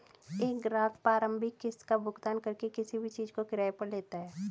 एक ग्राहक प्रारंभिक किस्त का भुगतान करके किसी भी चीज़ को किराये पर लेता है